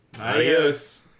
adios